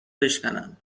بشکنن